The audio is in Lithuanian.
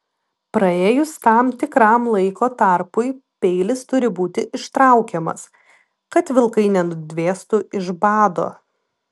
praėjus tam tikram laiko tarpui peilis turi būti ištraukiamas kad vilkai nenudvėstų iš bado